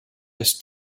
has